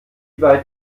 weit